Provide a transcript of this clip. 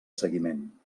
seguiment